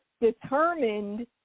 determined